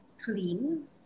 clean